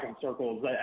circles